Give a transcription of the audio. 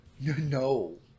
no